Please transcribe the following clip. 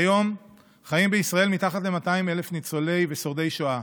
כיום חיים בישראל מתחת ל-200,000 ניצולים ושורדי שואה.